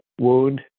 wound